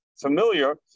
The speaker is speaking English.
familiar